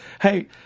Hey